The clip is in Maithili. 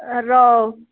ए रौहु